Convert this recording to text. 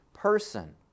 Person